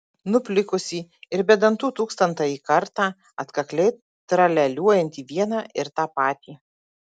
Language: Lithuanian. nuplikusį ir be dantų tūkstantąjį kartą atkakliai tralialiuojantį vieną ir tą patį